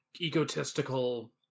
egotistical